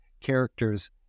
character's